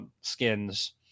skins